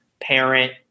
parent